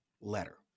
letter